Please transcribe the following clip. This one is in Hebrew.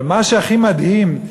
אבל מה שהכי מדהים,